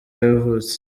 yavutse